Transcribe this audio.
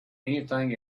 anything